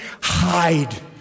hide